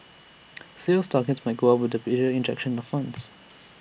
sales targets might go up with the bigger injection of funds